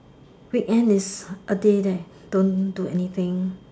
weekend is a day that don't do anything